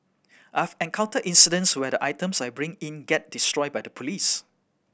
I've encountered incidents where the items I bring in get destroyed by the police